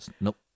Nope